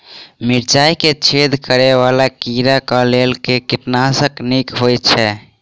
मिर्चाय मे छेद करै वला कीड़ा कऽ लेल केँ कीटनाशक नीक होइ छै?